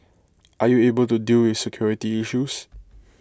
are you able to deal with security issues